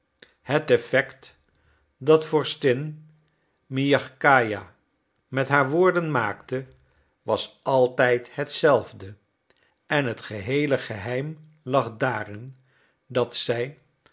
het effect dat vorstin miagkaja met haar woorden maakte was altijd hetzelfde en het geheele geheim lag daarin dat zij